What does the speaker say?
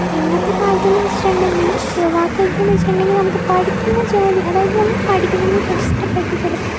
ഇന്നത്തെക്കാലത്തെന്ന് വച്ചിട്ടുണ്ടെങ്കിൽ യുവാക്കൾക്കെന്ന് വച്ചിട്ടുണ്ടെങ്കിൽ നമുക്ക് പഠിക്കുന്ന ജോലി അതായത് നമ്മൾ പഠിക്കും നമ്മൾ കഷ്ട്ടപ്പെട്ട് ചിലപ്പോൾ